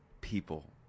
people